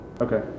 Okay